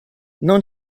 non